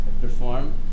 perform